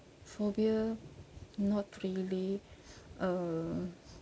phobia not really uh